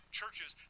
churches